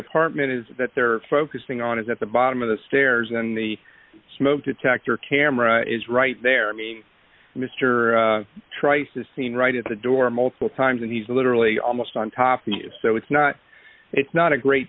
apartment is that they're focusing on is at the bottom of the stairs and the smoke detector camera is right there i mean mr trice is seen right at the door multiple times and he's literally almost on top so it's not it's not a great